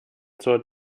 zur